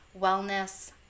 wellness